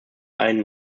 einen